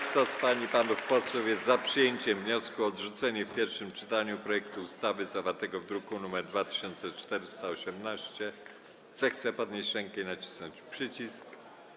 Kto z pań i panów posłów jest za przyjęciem wniosku o odrzucenie w pierwszym czytaniu projektu ustawy zawartego w druku nr 2418, zechce podnieść rękę i nacisnąć przycisk.